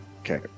Okay